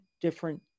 different